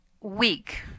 week